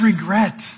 regret